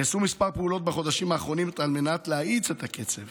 נעשו מספר פעולות בחודשים האחרונים על מנת להאיץ את הקצב